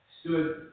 stood